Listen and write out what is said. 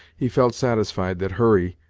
he felt satisfied that hurry,